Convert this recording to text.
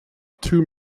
two